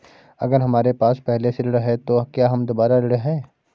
अगर हमारे पास पहले से ऋण है तो क्या हम दोबारा ऋण हैं?